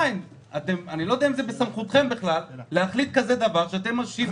אני לא יודע אם זה בסמכותכם להחליט כזה דבר שאתם משהים